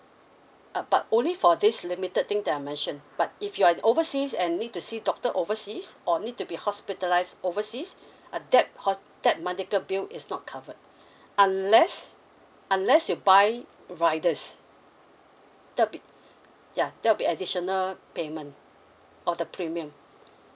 uh but only for this limited thing that I mentioned but if you're in overseas and need to see doctor overseas or need to be hospitalised overseas uh that hot that medical bill is not covered unless unless you buy riders that'll be ya that'll be additional payment on the premium